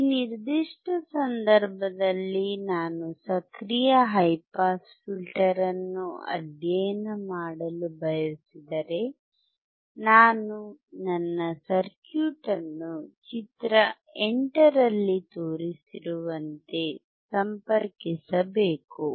ಈ ನಿರ್ದಿಷ್ಟ ಸಂದರ್ಭದಲ್ಲಿ ನಾನು ಸಕ್ರಿಯ ಹೈ ಪಾಸ್ ಫಿಲ್ಟರ್ ಅನ್ನು ಅಧ್ಯಯನ ಮಾಡಲು ಬಯಸಿದರೆ ನಾನು ನನ್ನ ಸರ್ಕ್ಯೂಟ್ ಅನ್ನು ಚಿತ್ರ 8 ರಲ್ಲಿ ತೋರಿಸಿರುವಂತೆ ಸಂಪರ್ಕಿಸಬೇಕು